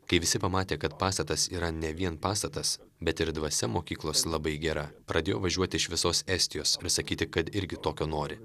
kai visi pamatė kad pastatas yra ne vien pastatas bet ir dvasia mokyklos labai gera pradėjo važiuot iš visos estijos ir sakyti kad irgi tokio nori